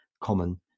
common